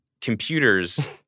computers